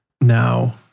now